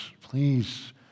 Please